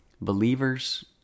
believers